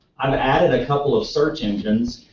i've added a couple of search engines,